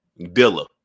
Dilla